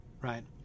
right